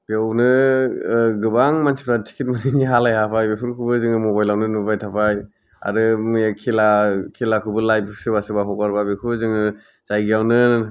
बेवनो ओ गोबां मानसिफ्रा टिकिट मोनिनि हालाय हाफाय बेफोरखौबो जोङो मबाइलावनो नुबाय थाबाय आरो मैया खेला खेलाखौबो लाइभ सोरबा सोरबा हगारबाय बेखौबो जोङो जायगायावनो